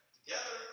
Together